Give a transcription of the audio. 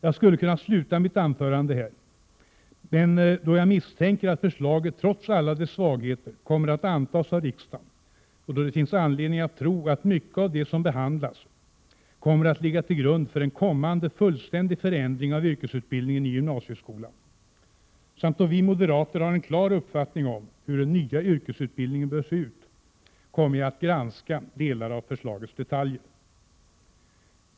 Jag skulle ha kunnat sluta mitt anförande här, men då jag misstänker att förslaget trots alla dess svagheter kommer att antas av riksdagen och då det finns anledning att tro att mycket av det som behandlas kommer att ligga till grund för en kommande fullständig förändring av yrkesutbildningen i gymnasieskolan samt då vi moderater har en klar uppfattning om hur den nya yrkesutbildningen bör se ut, kommer jag att granska delar av förslagets detaljer.